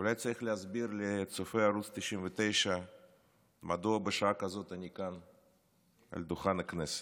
אולי צריך להסביר לצופי ערוץ 99 מדוע בשעה כזאת אני כאן על דוכן הכנסת.